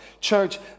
Church